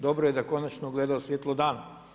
Dobro je da je konačno ugledao svjetlo dana.